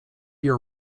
your